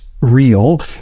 real